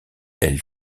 elle